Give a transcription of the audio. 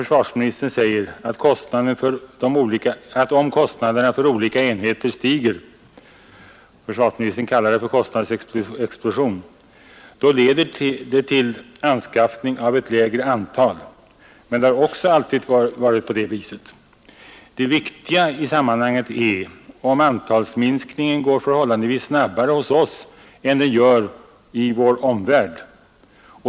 Försvarsministern säger: Om kostnaderna för olika enheter stiger — han kallar det för en kostnadsexplosion — leder detta till anskaffning av ett lägre antal. Det är också riktigt. Men det har alltid varit på det viset. Det viktiga i sammanhanget är. om antalsminskningen går förhållandevis snabbare hos oss än den gör i vår omvärld.